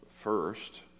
First